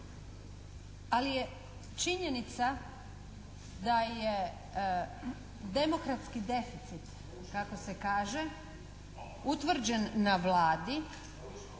ali je činjenica da je demokratski deficit kako se kaže utvrđen na Vladi